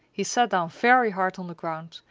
he sat down very hard on the ground,